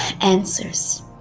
answers